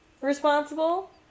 responsible